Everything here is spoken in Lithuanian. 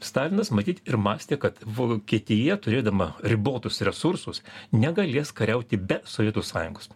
stalinas matyt ir mąstė kad vokietija turėdama ribotus resursus negalės kariauti be sovietų sąjungos